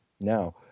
now